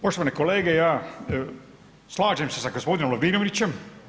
Poštovane kolege, ja slažem se sa g. Lovrinovićem.